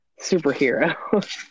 superhero